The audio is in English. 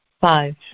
Five